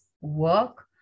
work